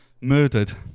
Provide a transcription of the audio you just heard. murdered